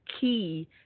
key